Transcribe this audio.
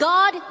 God